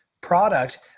product